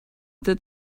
that